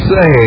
Say